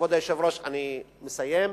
כבוד היושב-ראש, אני מסיים.